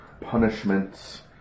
punishments